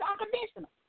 unconditional